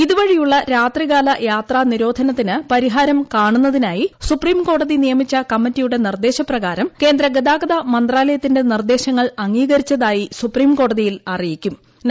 ഇതു വഴിയുള്ള രാത്രികാല യാത്രാനിരോധനത്തിന് പരിഹാരം കാണുന്നതിനായി സുപ്രീംകോടതി നിയമിച്ച കമ്മിറ്റിയുടെ ന്നീർദ്ദേശപ്രകാരം കേന്ദ്ര ഗതാഗത മന്ത്രാലയത്തിന്റെ നിർദ്ദേശിങ്ങൾ അംഗീകരിച്ചതായി സുപ്രീംകോടതിയിൽ അറിയിക്കൂം